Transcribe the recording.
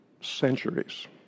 centuries